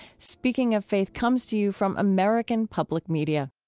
speaking of faith comes to you from american public media